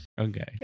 Okay